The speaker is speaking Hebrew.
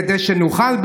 כדי שנוכל,